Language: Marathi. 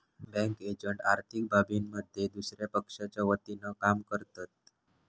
बँक एजंट आर्थिक बाबींमध्ये दुसया पक्षाच्या वतीनं काम करतत